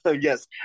yes